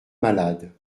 malade